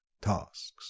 tasks